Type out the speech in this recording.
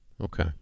Okay